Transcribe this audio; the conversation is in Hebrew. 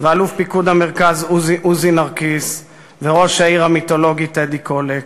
אלוף פיקוד המרכז עוזי נרקיס וראש העיר המיתולוגי טדי קולק.